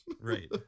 right